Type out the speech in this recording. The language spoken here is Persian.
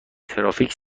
ترافیک